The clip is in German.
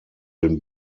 den